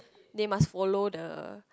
they must follow the